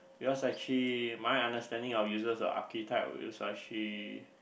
because actually my understanding of uses of archetype is actually